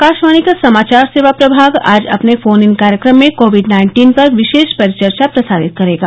आकाशवाणी का समाचार सेवा प्रभाग आज अपने फोन इन कार्यक्रम में कोविड नाइन्टीन पर विशेष परिचर्चा प्रसारित करेगा